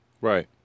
right